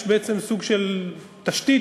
צריך סוג של תשתית,